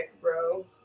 bro